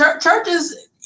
Churches